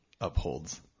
upholds